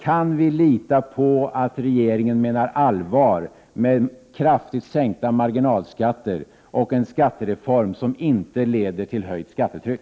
Kan vi lita på att regeringen menar allvar med talet om kraftigt sänkta marginalskatter och en skattereform som inte leder till höjt skattetryck?